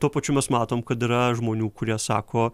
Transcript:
tuo pačiu mes matom kad yra žmonių kurie sako